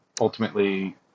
ultimately